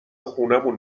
خونمون